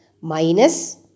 minus